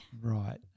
Right